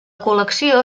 col·lecció